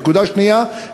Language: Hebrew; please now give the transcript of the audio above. נקודה שנייה,